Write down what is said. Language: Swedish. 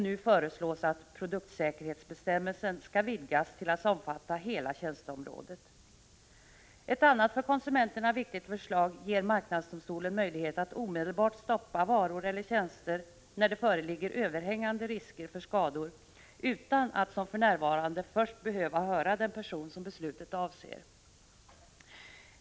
Nu föreslås att produktsäkerhetsbestämmelserna skall vidgas till att omfatta hela tjänsteområdet. Ett annat för konsumenterna viktigt förslag ger marknadsdomstolen möjlighet att omedelbart stoppa varor eller tjänster när det föreligger överhängande risker för skador, utan att som för närvarande först behöva höra den person som beslutet avser.